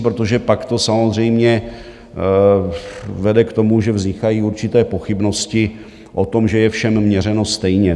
Protože pak to samozřejmě vede k tomu, že vznikají určité pochybnosti o tom, že je všem měřeno stejně.